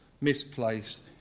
misplaced